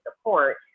support